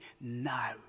Now